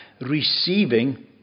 Receiving